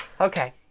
Okay